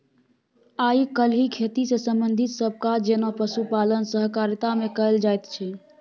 आइ काल्हि खेती सँ संबंधित सब काज जेना पशुपालन सहकारिता मे कएल जाइत छै